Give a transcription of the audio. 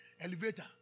elevator